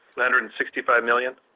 hundred and sixty five million